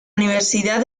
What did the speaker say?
universidad